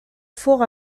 four